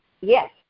yes